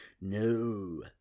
No